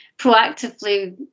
proactively